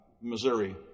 Missouri